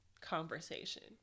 conversation